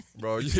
Bro